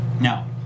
Now